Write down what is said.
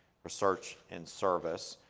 research and service.